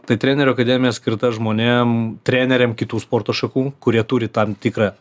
tai trenerių akademija skirta žmonėm treneriam kitų sporto šakų kurie turi tam tikrą